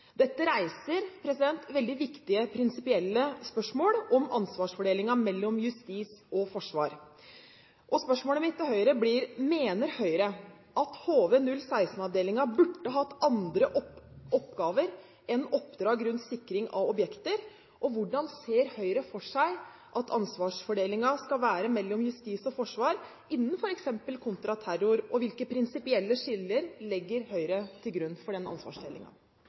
Dette reiser veldig viktige prinsipielle spørsmål om ansvarsfordelingen mellom justis og forsvar. Spørsmålet mitt til Høyre blir: Mener Høyre at HV-016-avdelingen burde hatt andre oppgaver enn oppdrag rundt sikring av objekter? Og: Hvordan ser Høyre for seg at ansvarsfordelingen skal være mellom justis og forsvar innen f.eks. kontraterror, og hvilke prinsipielle skiller legger Høyre til grunn for den